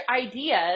ideas